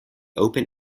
open